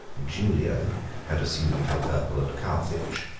julian had assumed the purple at carthage.